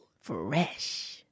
Fresh